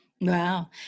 Wow